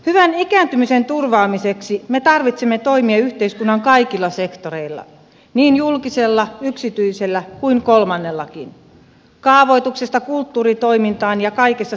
hyvän ikääntymisen turvaamiseksi me tarvitsemme toimia yhteiskunnan kaikilla sektoreilla niin julkisella yksityisellä kuin kolmannellakin kaavoituksesta kulttuuritoimintaan ja kaikessa siltä väliltä